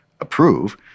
approve